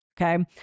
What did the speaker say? okay